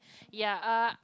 ya uh